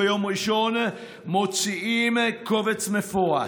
וביום ראשון מוציאים קובץ מפורט,